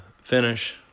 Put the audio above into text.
finish